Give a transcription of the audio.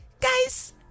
guys